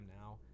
now